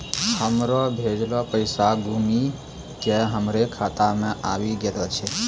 हमरो भेजलो पैसा घुमि के हमरे खाता मे आबि गेलो छै